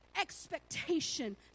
expectation